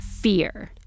fear